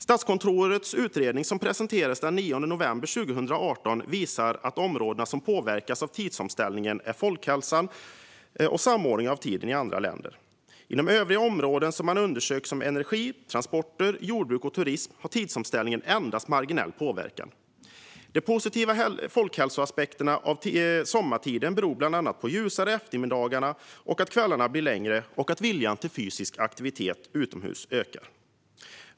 Statskontorets utredning som presenterades den 9 november 2018 visade att de områden som påverkas av tidsomställningen är folkhälsan och samordningen av tiden i andra länder. Inom övriga områden som man undersökt, som energi, transporter, jordbruk och turism, har tidsomställningen endast marginell påverkan. De positiva folkhälsoeffekterna av sommartiden beror bland annat på att de ljusare eftermiddagarna och längre kvällarna gör att viljan till fysisk aktivitet utomhus ökar.